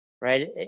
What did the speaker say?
right